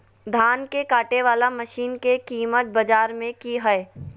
धान के कटे बाला मसीन के कीमत बाजार में की हाय?